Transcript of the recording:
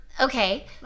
Okay